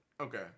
okay